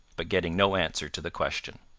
but getting no answer to the question.